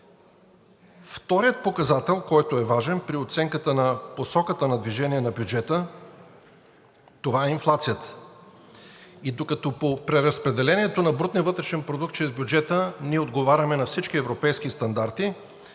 Вторият показател, който е важен при оценката на посоката на движение на бюджета, това е инфлацията. И докато по преразпределението на брутния вътрешен продукт чрез бюджета ние отговаряме на всички европейски стандарти,